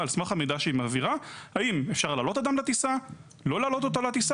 גם מי שהותר להם לשוב לישראל מבעוד מועד מהאפשרות לא לתת להם